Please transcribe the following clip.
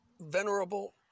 venerable